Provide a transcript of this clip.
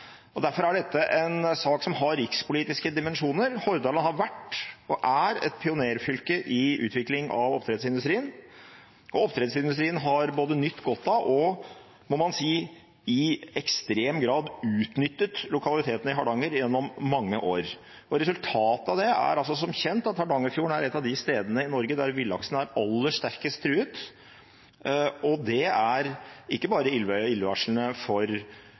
Derfor er dette en sak som har rikspolitiske dimensjoner. Hordaland har vært og er et pionerfylke i utvikling av oppdrettsindustrien, og oppdrettsindustrien har både nytt godt av og, må man si, i ekstrem grad utnyttet lokalitetene i Hardanger gjennom mange år. Resultatet av det er som kjent at Hardangerfjorden er et av de stedene i Norge der villaksen er aller sterkest truet. Det er ikke bare illevarslende for laksen der, det er også illevarslende for